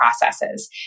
processes